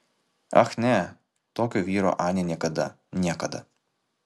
ach ne tokio vyro anė niekada niekada